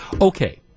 Okay